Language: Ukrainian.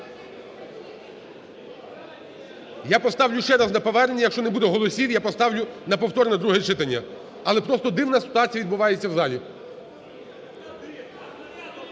Я поставлю ще раз на повернення, якщо не буде голосів, я поставлю на повторне друге читання. Але просто дивна ситуація відбувається в залі.